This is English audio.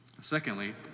Secondly